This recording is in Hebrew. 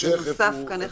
וזה נוסף כאן.